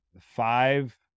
five